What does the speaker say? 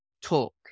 talk